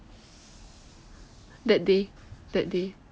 that day that day